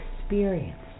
experience